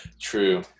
True